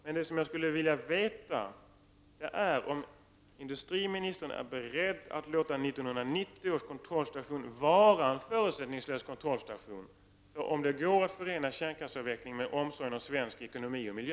Vad jag skulle vilja veta är om industriministern är beredd att låta 1990 års kontrollstation vara en förutsättningslös kontrollstation i vad gäller om det går att förena kärnkraftsavvecklingen med omsorgen om svensk ekonomi och miljö.